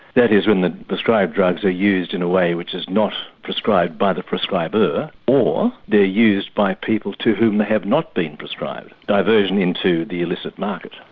that is when the prescribed drugs are used in a way which is not prescribed by the prescriber, or they're used by people to whom they have not been prescribed, diversion into the illicit market.